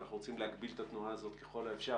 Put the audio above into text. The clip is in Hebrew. ואנחנו רוצים להגביל את התנועה הזאת ככל האפשר,